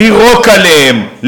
לירות עליהם,